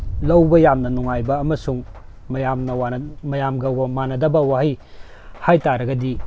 ꯂꯧꯕ ꯌꯥꯝꯅ ꯅꯨꯡꯉꯥꯏꯕ ꯑꯃꯁꯨꯡ ꯃꯌꯥꯝꯅ ꯃꯌꯥꯝꯒ ꯃꯥꯟꯅꯗꯕ ꯋꯥꯍꯩ ꯍꯥꯏꯇꯥꯔꯒꯗꯤ